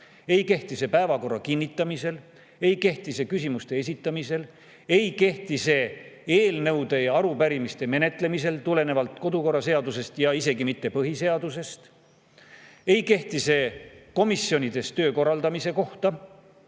Ei kehti see päevakorra kinnitamisel, ei kehti see küsimuste esitamisel, ei kehti see eelnõude ja arupärimiste menetlemisel – [hoolimata] kodukorraseadusest ja isegi põhiseadusest –, ei kehti see komisjonides töö korraldamise kohta.